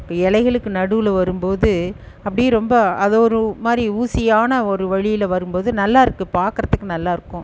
இப்போ இலைகளுக்கு நடுவில வரும்போது அப்படியே ரொம்ப அதை ஒரு மாதிரி ஊசியான ஒரு வழியில் வரும்போது நல்லாயிருக்கு பார்க்கறத்துக்கு நல்லாயிருக்கும்